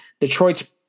detroit's